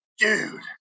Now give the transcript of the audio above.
dude